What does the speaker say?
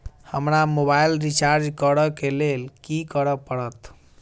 हमरा mobile recharge करऽ केँ लेल की करऽ पड़त?